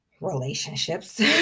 relationships